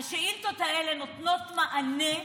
השאילתות האלה נותנות מענה,